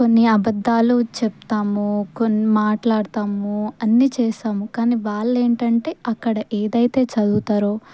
కొన్ని అబద్ధాలు చెప్తాము కొన్ని మాట్లాడతాము అన్నీ చేస్తాము కానీ వాళ్ళ ఏంటంటే అక్కడ ఏదైతే చదువుతారో